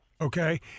okay